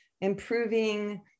improving